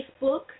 Facebook